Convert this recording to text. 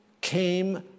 came